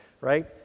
right